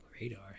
radar